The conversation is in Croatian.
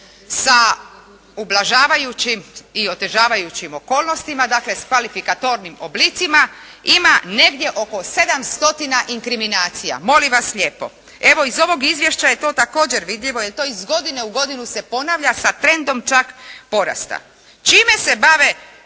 sa ublažavajućim i otežavajućim okolnostima, dakle s kvalifikatornim oblicima. Ima negdje oko 7 stotina inkriminacija. Evo, iz ovog izvješća je to također vidljivo jer to iz godine u godinu se ponavlja sam trendom čak porasta. Čime se bavi